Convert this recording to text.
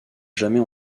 jamais